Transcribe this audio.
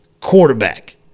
quarterback